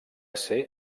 ser